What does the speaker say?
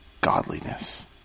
godliness